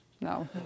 No